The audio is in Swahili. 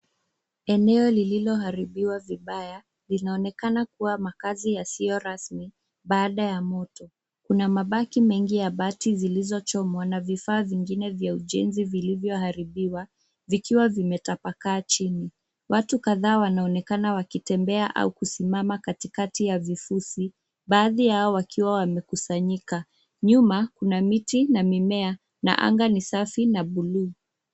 Eneo lililoharibiwa vibaya, linaonekana kuwa makazi yasiyo rasmi, baada ya moto. Kuna mabaki mengi ya bati zilizochomwa na vifaa vingine vya ujenzi vilivyoharibiwa vikiwa vimetapakaa chini. watu kadhaa wanaonekana wakitembea au wakisimama katikati ya vifusi. Baadhi yao wakiwa wamekusanyika. Nyuma kuna miti na mimea na anga ni safi na bluu.